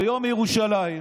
ביום ירושלים,